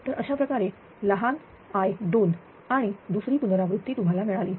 तर अशाप्रकारे लहान i2 आणि दुसरी पुनरावृत्ती तुम्हाला मिळाली